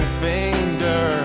finger